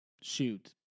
shoot